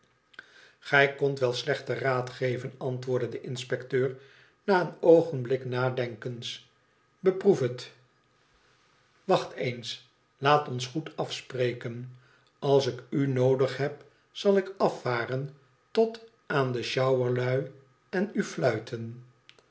igij kondt wel slechter raad geven antwoordde de inspecteur na een oogenblik nadenkens beproef het wacht eens laat ons goed afspreken als ikunoodig heb zal ik afvaren tot aan de i sjouwerlui en u fluiten